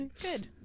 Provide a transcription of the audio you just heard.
Good